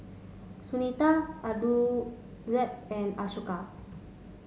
Sunita Aurangzeb and Ashoka